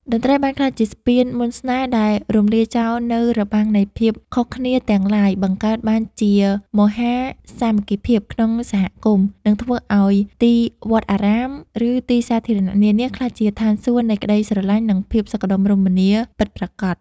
តន្ត្រីបានក្លាយជាស្ពានមន្តស្នេហ៍ដែលរំលាយចោលនូវរបាំងនៃភាពខុសគ្នាទាំងឡាយ បង្កើតបានជាមហាសាមគ្គីភាពក្នុងសហគមន៍ និងធ្វើឱ្យទីវត្តអារាម ឬទីសាធារណៈនានាក្លាយជាឋានសួគ៌នៃក្តីស្រឡាញ់ និងភាពសុខដុមរមនាពិតប្រាកដ។